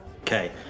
Okay